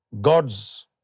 God's